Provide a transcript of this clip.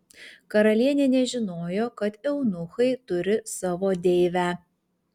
karalienė nežinojo kad eunuchai turi savo deivę